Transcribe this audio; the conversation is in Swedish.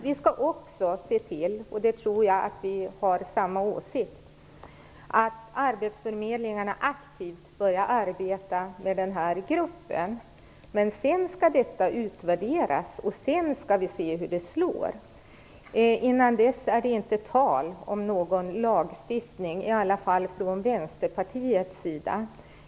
Vi skall också se till - jag tror att vi har samma åsikt om det - att arbetsförmedlingarna aktivt börjar arbeta med denna grupp. Sedan skall arbetet utvärderas, och sedan skall vi se hur det slår. Innan dess är det inte tal om någon lagstiftning - i alla fall inte från Vänsterpartiets sida.